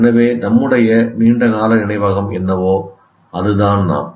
எனவே நம்முடைய நீண்டகால நினைவகம் என்னவோ அதுதான் நாம்